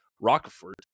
Rockford